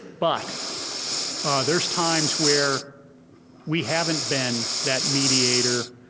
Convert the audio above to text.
but there's times where we haven't been that mediator,